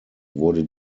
wurde